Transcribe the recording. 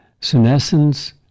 senescence